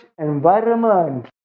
environment